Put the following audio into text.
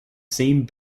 same